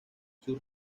sus